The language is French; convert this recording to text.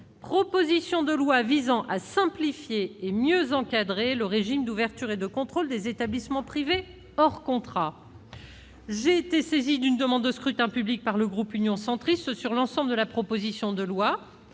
proposition de loi visant à simplifier et mieux encadrer le régime d'ouverture et de contrôle des établissements privés hors contrat. J'ai été saisie d'une demande de scrutin public émanant du groupe Union Centriste. Il va être procédé au